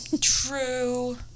True